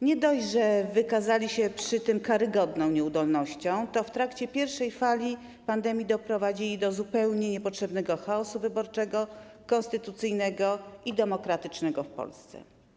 Nie dość, że wykazali się przy tym karygodną nieudolnością, to w trakcie pierwszej fali pandemii doprowadzili do zupełnie niepotrzebnego chaosu wyborczego, konstytucyjnego i demokratycznego w Polsce.